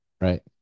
Right